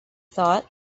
thought